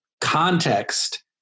Context